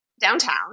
downtown